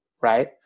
right